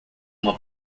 uma